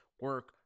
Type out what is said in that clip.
Work